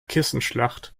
kissenschlacht